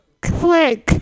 Click